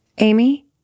Amy